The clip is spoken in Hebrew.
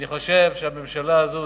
אני חושב שהממשלה הזאת,